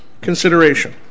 consideration